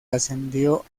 ascendió